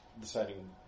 deciding